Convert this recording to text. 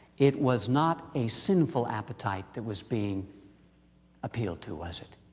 it was not a sinful appetite that was being appealed to, was it?